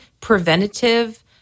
preventative